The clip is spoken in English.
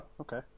okay